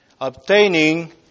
obtaining